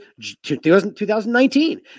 2019